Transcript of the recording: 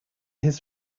his